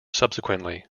subsequently